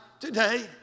today